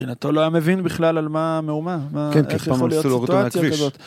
מבחינתו , לא מבין בכלל על מה מאומה, איך יכול להיות סיטואציה כזאת.